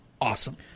awesome